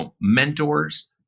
mentors